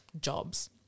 jobs